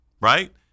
right